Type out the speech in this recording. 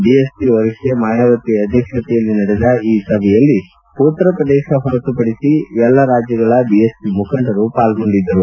BSP ವರಿಷ್ಠೆ ಮಾಯಾವತಿ ಅಧ್ಯಕ್ಷತೆಯಲ್ಲಿ ನಡೆದ ಈ ಸಭೆಯಲ್ಲಿ ಉತ್ತರ ಪ್ರದೇಶ ಹೊರತುಪಡಿಸಿ ಎಲ್ಲ ರಾಜ್ಯಗಳ ಬಿಎಸ್ಪಿ ಮುಖಂಡರು ಪಾಲ್ಗೊಂಡಿದ್ದರು